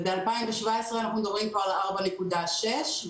וב-2017 אנחנו מדברים כבר על 4.6 מיליארד שקלים,